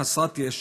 חסרת ישע.